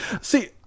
See